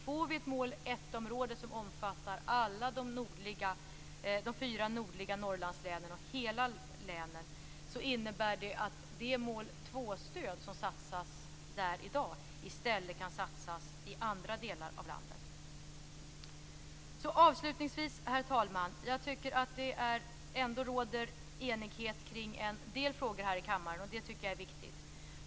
Får vi ett mål 1-område som omfattar alla de fyra nordliga Norrlandslänen, och hela länen, innebär det att det mål 2-stöd som satsas där i dag i stället kan satsas i andra delar av landet. Avslutningsvis, herr talman, råder det ändå enighet kring en del frågor här i kammaren, och det tycker jag är viktigt.